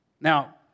Now